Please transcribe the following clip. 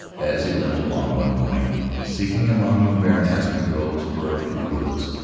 as he limped along one morning, seeking among the barren aspen groves for a few roots,